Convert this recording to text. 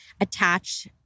attach